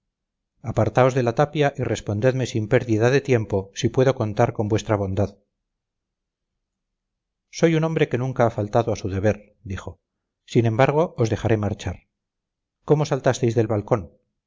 apartaos de la tapia y respondedme sin pérdida de tiempo si puedo contar con vuestra bondad soy un hombre que nunca ha faltado a su deber dijo sin embargo os dejaré marchar cómo saltasteis del balcón